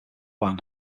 yuan